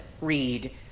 read